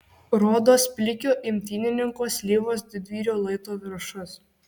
rodos plikio imtynininko slyvos didvyrio luito viršus